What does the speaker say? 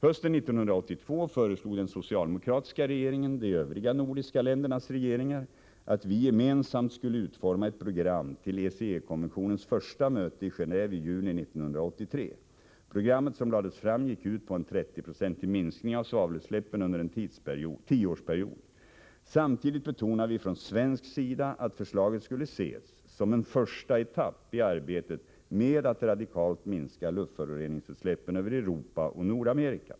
Hösten 1982 föreslog den socialdemokratiska regeringen de övriga nordiska ländernas regeringar att vi gemensamt skulle utforma ett program till ECE-konventionens första möte i Gen&ve i juni 1983. Programmet som lades fram gick ut på en 30-procentig minskning av svavelutsläppen under en tioårsperiod. Samtidigt betonade vi från svensk sida att förslaget skulle ses som en första etapp i arbetet med att radikalt minska luftföroreningsutsläppen över Europa och Nordamerika.